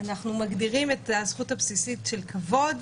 אנחנו מגדירים את הזכות הבסיסית של כבוד,